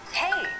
hey